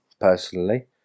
personally